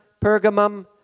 Pergamum